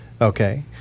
Okay